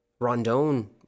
Rondone